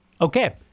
Okay